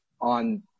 on